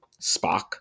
Spock